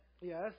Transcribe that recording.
Yes